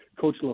Coach